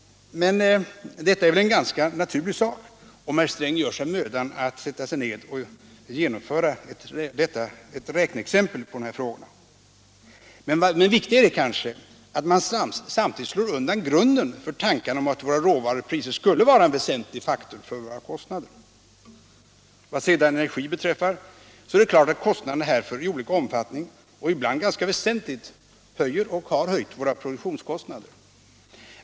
Men motsatsen framstår väl som ganska naturlig om herr Sträng bara gör sig mödan att sätta sig ned och räkna på detta. Och samtidigt slår man undan grunden för tanken att våra råvarupriser skulle vara en väsentlig faktor för våra kostnader. Vad sedan energin beträffar är det klart att kostnaderna därför i olika omfattning, och ibland ganska väsentligt, höjer och har höjt våra produktionskostnader.